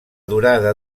durada